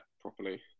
properly